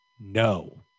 No